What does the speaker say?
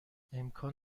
امکان